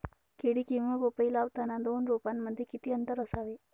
केळी किंवा पपई लावताना दोन रोपांमध्ये किती अंतर असावे?